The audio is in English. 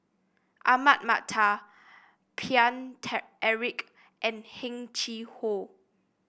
Ahmad Mattar Paine Eric and Heng Chee How